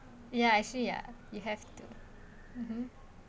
ya actually ya you have to mmhmm